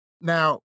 Now